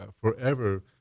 forever